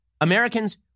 Americans